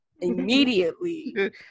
immediately